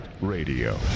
Radio